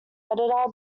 editor